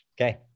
Okay